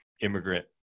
immigrant